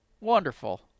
Wonderful